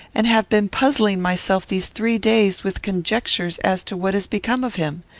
and have been puzzling myself these three days with conjectures as to what is become of him.